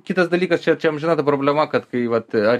kitas dalykas čia čia amžina problema kad kai vat ar